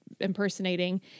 impersonating